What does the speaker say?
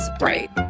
right